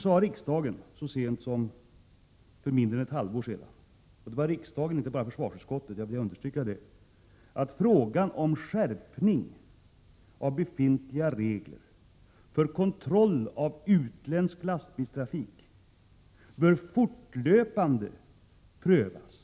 Så sent som för mindre än ett halvår sedan uttalade riksdagen — inte bara försvarsutskottet, utan hela riksdagen — att ”frågan om skärpning av befintliga regler för kontroll och reglering av utländsk lastbilstrafik i Sverige ——— bör fortlöpande prövas ——-”.